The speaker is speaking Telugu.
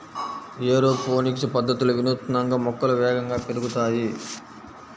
ఏరోపోనిక్స్ పద్ధతిలో వినూత్నంగా మొక్కలు వేగంగా పెరుగుతాయి